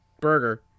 burger